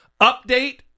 Update